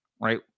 right